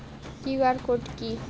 QR code কি?